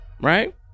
right